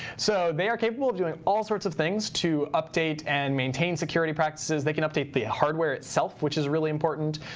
so they are capable of doing all sorts of things to update and maintain security practices. they can update the hardware itself, which is really important.